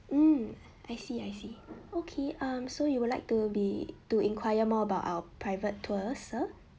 um I see I see okay um so you would like to be to enquire more about our private tour sir